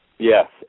Yes